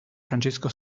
francesco